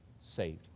saved